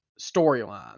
storyline